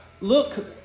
look